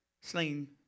slain